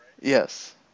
Yes